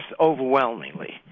overwhelmingly